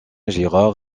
girard